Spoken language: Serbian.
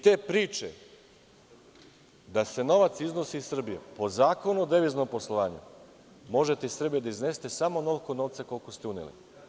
Te priče da se novac iznosi iz Srbije, po Zakonu o deviznom poslovanju, možete iz Srbije da iznesete samo onoliko novca koliko ste uneli.